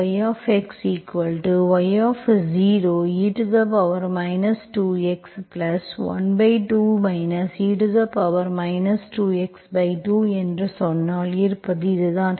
yxy0e 2x12 e 2x2என்று சொன்னால் இருப்பது இதுதான்